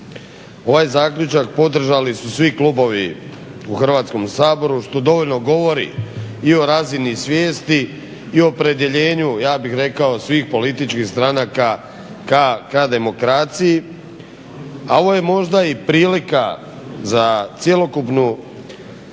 Ovaj zaključak podržali su svi klubovi u Hrvatskom saboru što dovoljno govori i o razini svijesti i opredjeljenju ja bih rekao svih političkih stranaka ka demokraciji, a ovo je možda i prilika za cjelokupnu